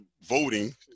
voting